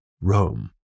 Rome